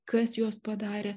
kas juos padarė